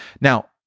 Now